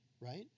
right